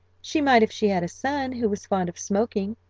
she might if she had a son who was fond of smoking,